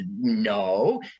no